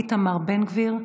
איתמר בן גביר,